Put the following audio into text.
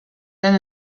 than